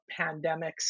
pandemics